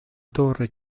torre